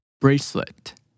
Bracelet